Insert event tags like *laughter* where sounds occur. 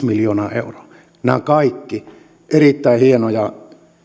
*unintelligible* miljoonaa euroa nämä ovat kaikki erittäin hienoja